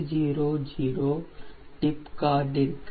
200 டிப் கார்டிற்கு 0